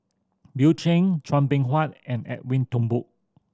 Bill Chen Chua Beng Huat and Edwin Thumboo